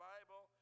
Bible